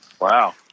Wow